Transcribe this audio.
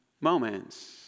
moments